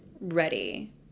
ready